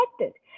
affected